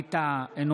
ווליד טאהא,